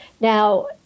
Now